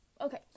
okay